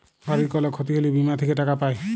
গাড়ির কল ক্ষতি হ্যলে বীমা থেক্যে টাকা পায়